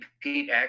Pete